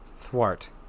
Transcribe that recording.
Thwart